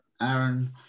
Aaron